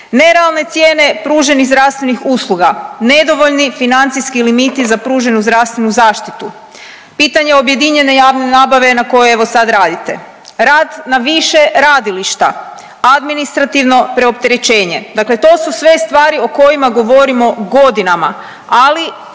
nerealne cijene pruženih zdravstvenih usluga, nedovoljni financijski limiti za pruženu zdravstvenu zaštitu, pitanje objedinjene javne nabave na kojoj evo sad radite, rad na više radilišta, administrativno preopterećenje, dakle to su sve stvari o kojima govorimo godinama, ali